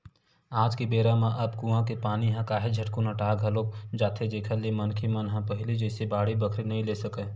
आज के बेरा म अब कुँआ के पानी ह काहेच झटकुन अटा घलोक जाथे जेखर ले मनखे मन ह पहिली जइसे बाड़ी बखरी नइ ले सकय